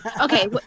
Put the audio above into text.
Okay